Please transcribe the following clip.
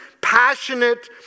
passionate